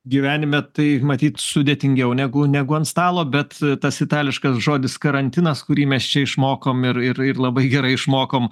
gyvenime tai matyt sudėtingiau negu negu ant stalo bet tas itališkas žodis karantinas kurį mes čia išmokom ir ir ir labai gerai išmokom